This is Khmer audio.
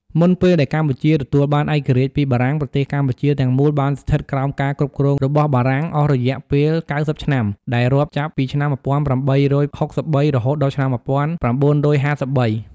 មុនពេលដែលកម្ពុជាទទួលបានឯករាជ្យពីបារាំង ប្រទេសកម្ពុជាទាំងមូលបានស្ថិតក្រោមការគ្រប់គ្រងរបស់បារាំងអស់រយៈពេល ៩០ឆ្នាំ ដែលរាប់ចាប់ពីឆ្នាំ ១៨៦៣ រហូតដល់ឆ្នាំ ១៩៥៣ ។